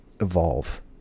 evolve